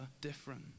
different